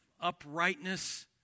uprightness